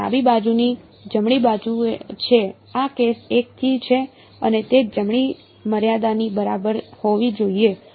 તેથી તે ડાબી બાજુની જમણી બાજુ છે આ કેસ 1 થી છે અને તે જમણી મર્યાદાની બરાબર હોવી જોઈએ